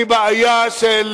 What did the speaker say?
היא בעיה של